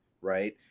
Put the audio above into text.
right